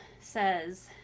says